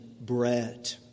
Bread